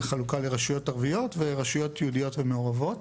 בחלוקה לרשויות ערביות ולרשויות יהודיות ומעורבות.